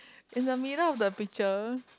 in the middle of the picture